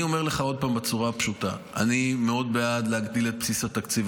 אני אומר לך עוד פעם בצורה פשוטה: אני מאוד בעד להגדיל את בסיס התקציב,